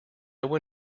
one